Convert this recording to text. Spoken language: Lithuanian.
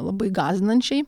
labai gąsdinančiai